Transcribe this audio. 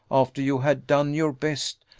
after you had done your best,